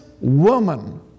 woman